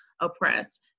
oppressed